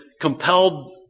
compelled